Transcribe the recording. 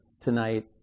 tonight